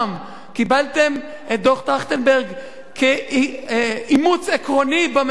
קיבלתם את דוח-טרכטנברג כאימוץ עקרוני בממשלה,